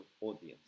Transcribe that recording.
audience